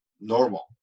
normal